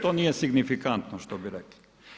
To nije signifikantno što bi rekli.